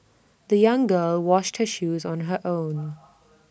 the young girl washed her shoes on her own